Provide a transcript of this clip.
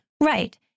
Right